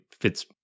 fits